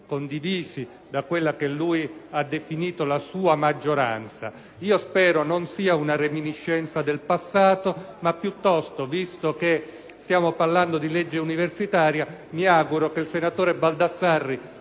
condivisi da quella che lui ha definito la «sua maggioranza». Spero non sia una reminiscenza del passato, ma piuttosto, visto che stiamo parlando di legge universitaria, mi auguro che il senatore Baldassarri